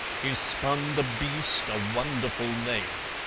he spun the beast a wonderful name,